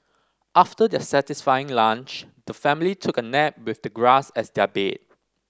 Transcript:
after their satisfying lunch the family took a nap with the grass as their bed